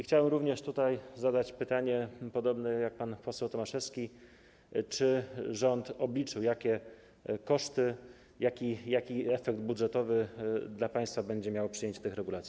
Chciałbym również zadać pytanie, podobnie jak pan poseł Tomaszewski, czy rząd obliczył, jakie koszty, jaki efekt budżetowy dla państwa będzie miało przyjęcie tych regulacji.